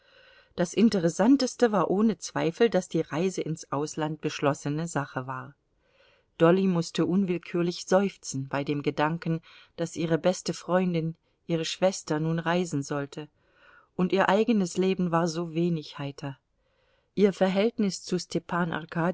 das interessanteste war ohne zweifel daß die reise ins ausland beschlossene sache war dolly mußte unwillkürlich seufzen bei dem gedanken daß ihre beste freundin ihre schwester nun reisen sollte und ihr eigenes leben war so wenig heiter ihr verhältnis zu stepan